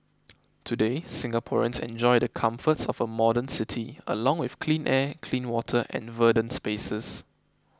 today Singaporeans enjoy the comforts of a modern city along with clean air clean water and verdant spaces